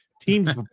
teams